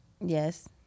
Yes